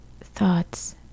thoughts